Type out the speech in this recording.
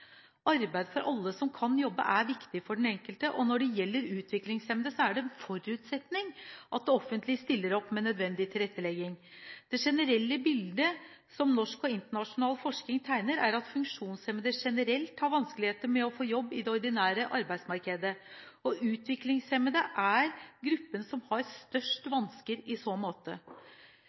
Arbeid for alle som kan jobbe, er viktig for den enkelte. Når det gjelder utviklingshemmede, er det en forutsetning at det offentlige stiller opp med nødvendig tilrettelegging. Det generelle bildet som norsk og internasjonal forskning tegner, er at funksjonshemmede generelt har vanskeligheter med å få jobb i det ordinære arbeidsmarkedet, og utviklingshemmede er gruppen som har størst vansker i så måte.